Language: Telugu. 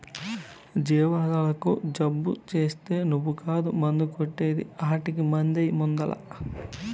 జీవాలకు జబ్బు చేస్తే నువ్వు కాదు మందు కొట్టే ది ఆటకి మందెయ్యి ముందల్ల